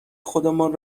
خودمان